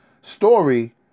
story